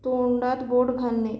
तोंडात बोट घालणे